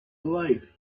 life